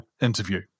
interview